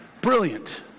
brilliant